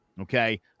Okay